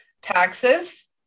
taxes